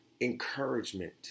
encouragement